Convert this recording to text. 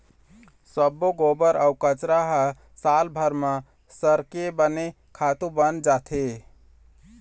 सब्बो गोबर अउ कचरा ह सालभर म सरके बने खातू बन जाथे